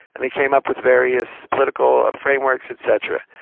and they came up with various political frameworks et cetera.